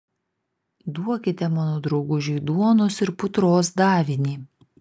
duokite mano draugužiui duonos ir putros davinį